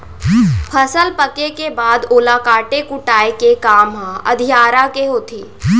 फसल पके के बाद ओला काटे कुटाय के काम ह अधियारा के होथे